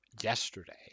yesterday